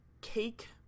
cake